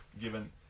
given